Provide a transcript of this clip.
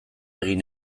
egin